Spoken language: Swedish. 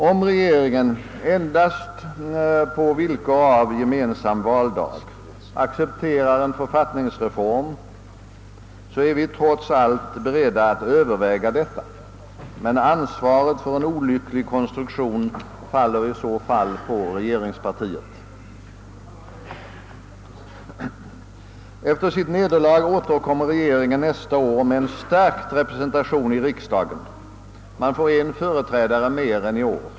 Om regeringen gör den gemensamma valdagen till ett villkor för att acceptera en författningsreform är vi trots allt beredda att överväga detta. Men ansvaret för en olycklig konstruktion faller då på regeringspartiet. Efter sitt nederlag återkommer regeringen nästa år med en stärkt representation i riksdagen. Socialdemokraterna får då en företrädare mer än i år.